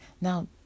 Now